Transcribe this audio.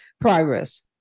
progress